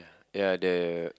ya the